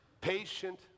patient